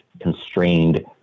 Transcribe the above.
constrained